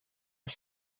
his